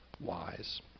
wise